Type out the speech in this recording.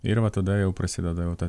ir va tada jau prasideda jau ta